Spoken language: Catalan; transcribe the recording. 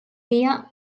dia